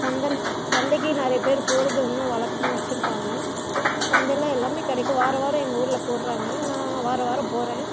சந்தை சந்தைக்கு நிறைய பேர் போகிறது இன்னும் வழக்கமாக வச்சுருக்காங்க சந்தையில் எல்லாம் கிடைக்கும் வாராவாரம் எங்கள் ஊரில் போடுறாங்க நான் வாராவாரம் போகிறேன்